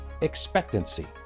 expectancy